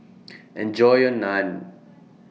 Enjoy your Naan